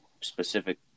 specific